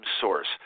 source